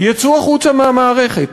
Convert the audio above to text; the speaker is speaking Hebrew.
יצאו החוצה מהמערכת.